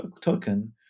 token